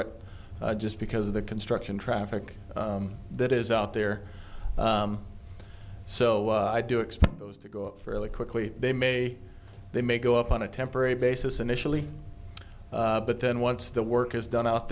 it just because of the construction traffic that is out there so i do expect those to go up fairly quickly they may they may go up on a temporary basis initially but then once the work is done out